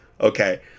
okay